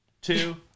two